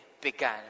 began